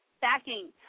backing